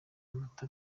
amata